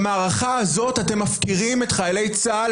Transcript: במערכה הזאת אתם מפקירים את חיילי צה"ל,